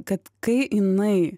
kad kai jinai